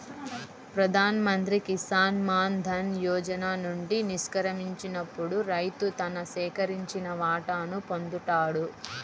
ప్రధాన్ మంత్రి కిసాన్ మాన్ ధన్ యోజన నుండి నిష్క్రమించినప్పుడు రైతు తన సేకరించిన వాటాను పొందుతాడు